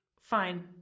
Fine